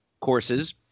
courses